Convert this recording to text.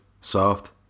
soft